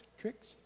tricks